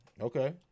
Okay